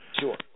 Sure